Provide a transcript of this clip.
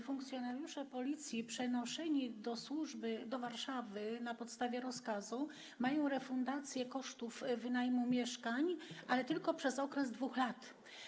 Funkcjonariusze Policji przenoszeni do służby do Warszawy na podstawie rozkazu otrzymują refundację kosztów wynajmu mieszkań, ale tylko przez okres 2 lat.